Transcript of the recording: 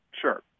Sure